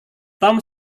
tom